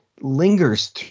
lingers